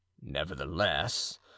Nevertheless